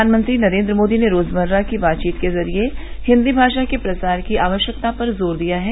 प्रधानमंत्री नरेन्द्र मोदी ने रोजमर्रा की बातचीत के जरिए हिन्दी भाषा के प्रसार की आवश्यकता पर जोर दिया है